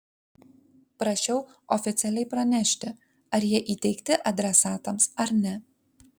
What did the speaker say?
prašiau oficialiai pranešti ar jie įteikti adresatams ar ne